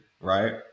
right